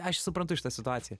aš suprantu šitą situaciją